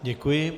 Děkuji.